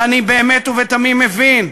ואני באמת ובתמים מבין,